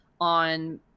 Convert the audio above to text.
on